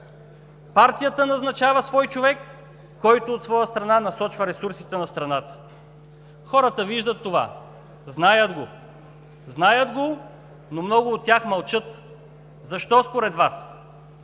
Партията назначава свой човек, който от своя страна насочва ресурсите на страната. Хората виждат това, знаят го – знаят го, но много от тях мълчат. Защо, според Вас?